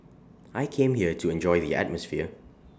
I came here to enjoy the atmosphere